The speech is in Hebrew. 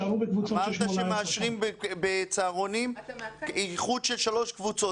יישארו בקבוצות של 18. אמרת שמאשרים בצהרונים איחוד של שלוש קבוצות.